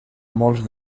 molts